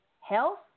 health